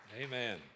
Amen